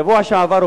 בשבוע שעבר,